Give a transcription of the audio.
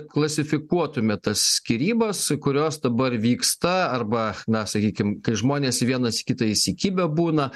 klasifikuotumėt tas skyrybas kurios dabar vyksta arba na sakykim kai žmonės į vienas į kitą įsikibę būna